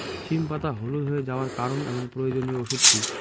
সিম পাতা হলুদ হয়ে যাওয়ার কারণ এবং প্রয়োজনীয় ওষুধ কি?